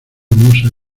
musa